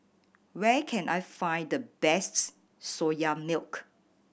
where can I find the best Soya Milk